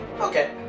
okay